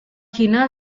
cina